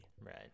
Right